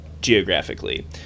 geographically